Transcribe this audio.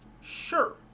sure